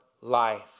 life